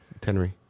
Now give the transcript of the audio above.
Tenry